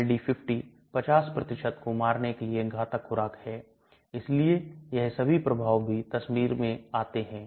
यदि क्षारो को आयनिक नहीं किया जाएगा तो यह इसमें घूमेंगे इसलिए क्षार पेट में घुलनशील होते हैं